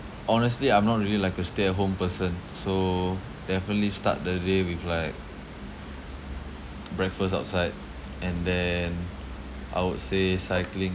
honestly I'm not really like a stay at home person so definitely start the day with like breakfast outside and then I would say cycling